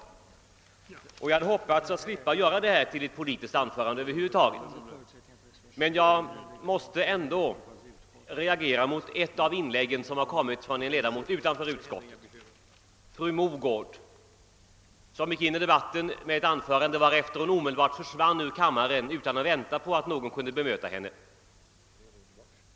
Jag hade över huvud taget hoppats slippa göra detta till ett politiskt anförande. Men jag måste ändå reagera mot ett inlägg som hållits av en ledamot som inte tillhör statsutskottet. Fru Mogård gick in i debatten med ett anförande, varefter hon omedelbart försvann ur kammaren utan att vänta på ett bemötande.